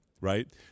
right